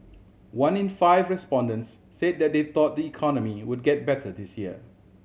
one in five respondents said that they thought the economy would get better this year